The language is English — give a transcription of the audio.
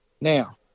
Now